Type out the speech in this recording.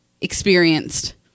experienced